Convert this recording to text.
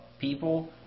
people